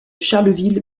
charleville